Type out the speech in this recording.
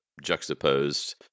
juxtaposed